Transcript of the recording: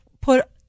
put